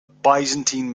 byzantine